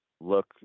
look